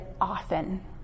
often